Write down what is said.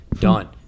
Done